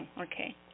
Okay